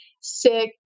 sick